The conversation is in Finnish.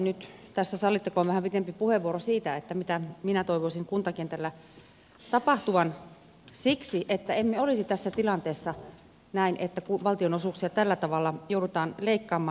nyt tässä sallittakoon vähän pitempi puheenvuoro siitä mitä minä toivoisin kuntakentällä tapahtuvan että emme olisi tässä tilanteessa että valtionosuuksia tällä tavalla joudutaan leikkaamaan